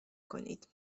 کنید